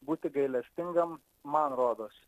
būti gailestingam man rodos